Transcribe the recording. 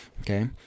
okay